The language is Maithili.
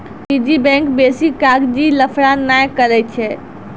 निजी बैंक बेसी कागजी लफड़ा नै करै छै